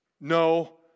no